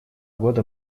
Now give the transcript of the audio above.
года